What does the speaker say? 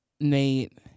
nate